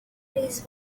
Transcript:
freeze